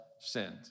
sinned